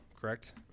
correct